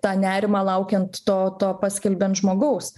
tą nerimą laukiant to to paskelbiant žmogaus